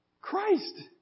Christ